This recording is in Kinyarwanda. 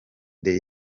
the